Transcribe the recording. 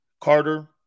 Carter